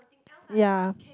ya